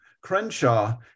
Crenshaw